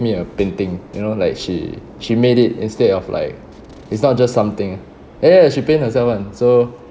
me a painting you know like she she made it instead of like it's not just something ya ya she paint herself [one] so